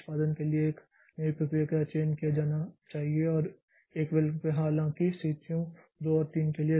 निष्पादन के लिए एक नई प्रक्रिया का चयन किया जाना चाहिए और एक विकल्प है हालाँकि स्थितियों 2 और 3 के लिए